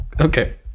Okay